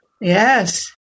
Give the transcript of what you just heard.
Yes